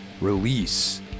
release